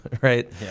right